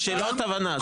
זה שאלות הבנה.